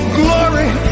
glory